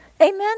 Amen